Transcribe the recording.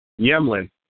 Yemlin